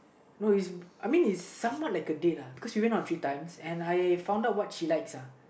no is I mean is somewhat like a date lah because we went out three times and I found out what she likes uh